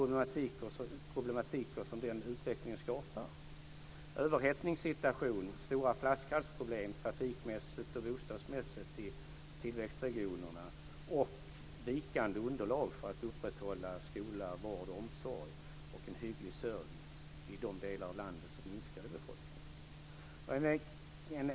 Det är en dubbel problematik som denna utveckling skapar: överhettning, stora flaskhalsproblem trafikmässigt och bostadsmässigt i tillväxtregionerna och ett vikande underlag för att upprätthålla skola, vård och omsorg och en hygglig service i de delar av landet som minskar i befolkning.